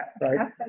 right